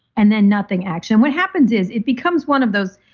and then nothing action. what happens is it becomes one of those.